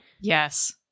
yes